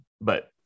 but-